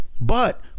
But-